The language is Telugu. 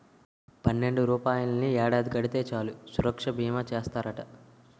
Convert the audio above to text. పన్నెండు రూపాయలని ఏడాది కడితే చాలు సురక్షా బీమా చేస్తారట